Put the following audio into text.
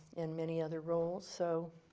and many other roles. so,